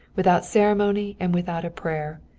without ceremony and without a prayer,